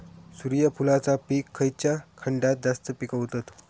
सूर्यफूलाचा पीक खयच्या खंडात जास्त पिकवतत?